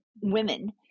women